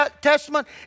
Testament